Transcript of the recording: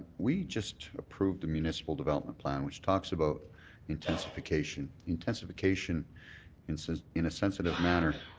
we just approved a municipal development plan which talks about intensification intensification and says in a sensitive manner.